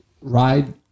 ride